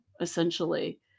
essentially